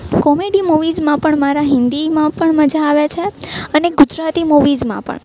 comedy મુવીઝમાં પણ મારા હિન્દીમાં પણ મજા આવે છે અને ગુજરાતી મુવીઝમાં પણ